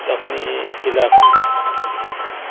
اپنے علاقے میں سفر کرتے ہیں